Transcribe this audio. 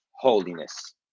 holiness